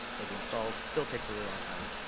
or the installs, it still take a really long time.